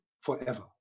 forever